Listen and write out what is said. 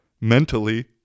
mentally